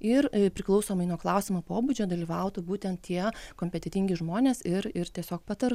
ir priklausomai nuo klausimo pobūdžio dalyvautų būtent tie kompetentingi žmonės ir ir tiesiog patart